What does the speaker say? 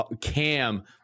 Cam